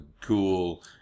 cool